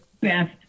best